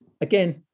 Again